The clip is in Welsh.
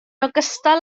ogystal